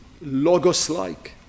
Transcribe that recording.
logos-like